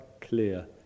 clear